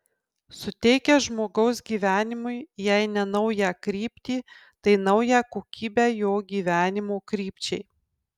suteikia žmogaus gyvenimui jei ne naują kryptį tai naują kokybę jo gyvenimo krypčiai